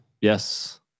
Yes